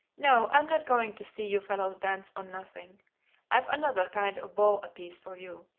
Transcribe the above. no, i'm not going to see you fellows dance on nothing i've another kind of ball apiece for you,